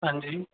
हां जी